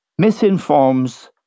misinforms